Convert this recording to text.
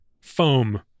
foam